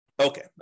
Okay